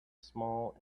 small